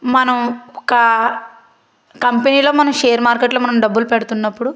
మనం ఒక కంపెనీలో మనం షేర్ మార్కెట్లో మనం డబ్బులు పెడుతున్నప్పుడు